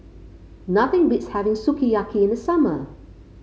nothing beats having Sukiyaki in the summer